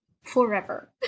forever